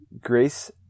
Grace